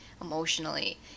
emotionally